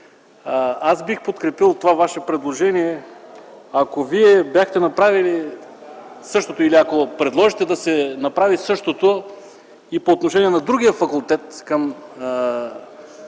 Аз бих подкрепил това Ваше предложение, ако бяхте направили същото, или ако предложите да се направи същото и по отношение на другия факултет към